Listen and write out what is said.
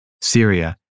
Syria